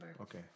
Okay